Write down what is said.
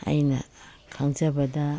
ꯑꯩꯅ ꯈꯪꯖꯕꯗ